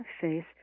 face